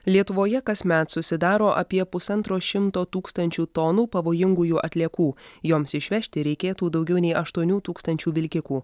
lietuvoje kasmet susidaro apie pusantro šimto tūkstančių tonų pavojingųjų atliekų joms išvežti reikėtų daugiau nei aštuonių tūkstančių vilkikų